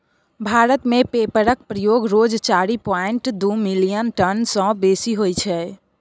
भारत मे पेपरक प्रयोग रोज चारि पांइट दु मिलियन टन सँ बेसी होइ छै